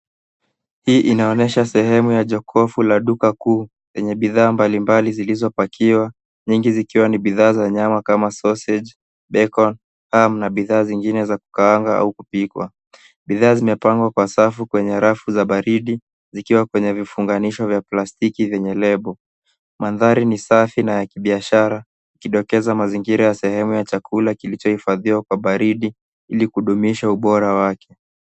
Hii inaonyesha sehemu la jokofu la duka kuu lenye bidhaa mbalimbali zililzopakiwa; nyingi zikiwa ni bidhaa za nyama kama sausage, bacon, ham na bidhaa zingine za kukaanga au kupikwa. Bidhaa zimepangwa kwa safu kwenye rafu za baridi zikiwa kwenye vifunganisho vya plastiki venye lebo. Mandhari ni safi na ya kibiashara ikidokeza mazingira na sehemu ya chakula kilichohifadhiwa kwa baridi ili kudumisha ubora wake.